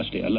ಅಷ್ಲೇ ಅಲ್ಲ